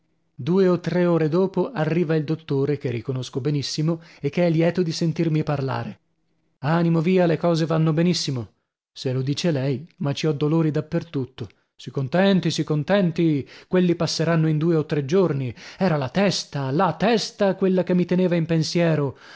due o tre ore dopo arriva il dottore che riconosco benissimo e che è lieto di sentirmi parlare animo via le cose vanno benissimo se lo dice lei ma ci ho dolori da per tutto si contenti si contenti quelli passeranno in due o tre giorni era la testa la testa quella che mi teneva in pensiero